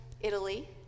Italy